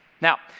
Now